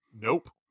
Nope